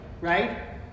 right